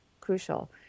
crucial